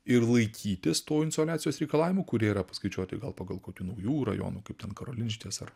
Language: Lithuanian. ir laikytis tų insoliacijos reikalavimų kurie yra paskaičiuoti gal pagal kokių naujų rajonų kaip ten karoliniškės ar